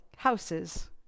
Houses